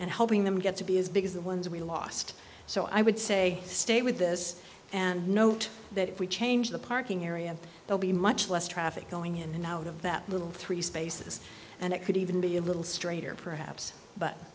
and helping them get to be as big as the ones we lost so i would say stay with this and note that if we change the parking area they'll be much less traffic going in and out of that little three spaces and it could even be a little straighter perhaps but